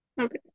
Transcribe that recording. okay